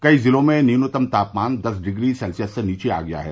कई जिलों में न्यूनतम तापमान दस डिग्री सेल्सियस से नीचे आ गया है